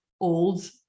old